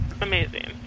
Amazing